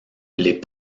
les